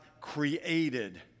created